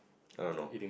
I don't know